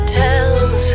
tells